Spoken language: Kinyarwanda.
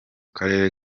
karere